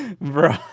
bro